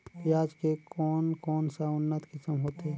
पियाज के कोन कोन सा उन्नत किसम होथे?